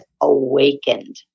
awakened